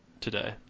today